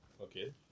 Okay